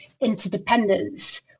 interdependence